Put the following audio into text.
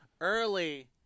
early